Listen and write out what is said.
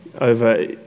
over